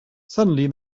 suddenly